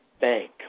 bank